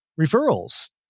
referrals